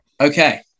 Okay